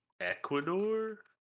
Ecuador